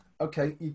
Okay